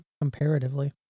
comparatively